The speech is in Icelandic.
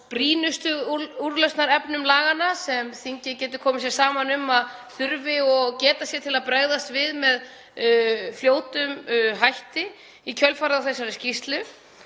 brýnustu úrlausnarefnum laganna sem þingið getur komið sér saman um að þurfi og geta sé til að bregðast við með fljótum hætti í kjölfarið á þessari skýrslu.